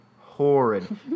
horrid